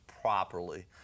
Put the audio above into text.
properly